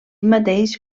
mateix